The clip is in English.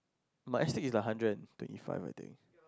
my astig is like a hundred and twenty five I think